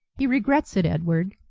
he regrets it, edward,